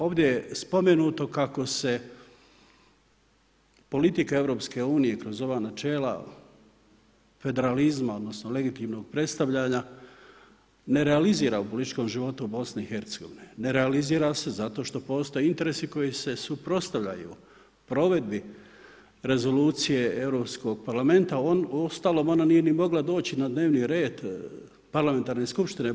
Ovdje je spomenuto kako se politika EU kroz ova načela federalizma, odnosno legitimnog predstavljanja ne realizira u političkom životu BiH, ne realizira se zato što postoje interesi koji se suprotstavljaju u provedbi rezolucije Europskog parlamenta, uostalom ona nije ni mogla doći na dnevni red Parlamentarne skupštine BiH.